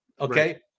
Okay